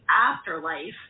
afterlife